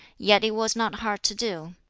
yet it was not hard to do.